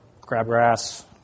crabgrass